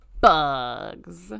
bugs